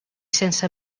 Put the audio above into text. sense